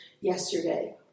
yesterday